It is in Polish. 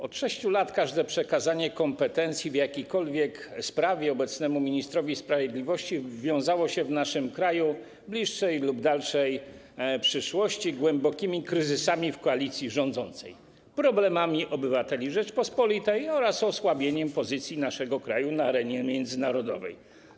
Od 6 lat każde przekazanie kompetencji, w jakiejkolwiek sprawie, obecnemu ministrowi sprawiedliwości w naszym kraju wiązało się, w bliższej lub dalszej przyszłości, z głębokimi kryzysami w koalicji rządzącej, problemami obywateli Rzeczypospolitej oraz osłabieniem pozycji naszego kraju na arenie międzynarodowej.